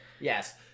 Yes